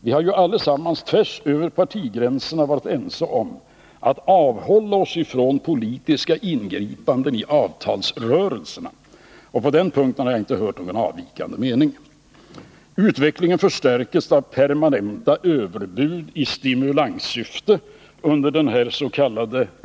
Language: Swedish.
Vi har alla tvärsöver partigränserna varit överens om att avhålla oss från politiska ingripanden i avtalsrörelserna, och på den punkten har jag inte hört någon avvikande mening. Utvecklingen förstärktes av permanenta överbud i stimulanssyfte under dens.k.